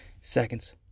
seconds